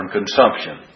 consumption